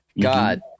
God